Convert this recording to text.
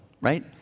right